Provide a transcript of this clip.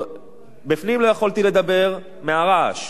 בפנים לא יכולתי לדבר בגלל הרעש,